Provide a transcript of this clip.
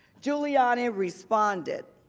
giuliani responded,